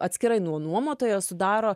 atskirai nuo nuomotojo sudaro